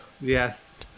yes